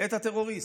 את הטרוריסט,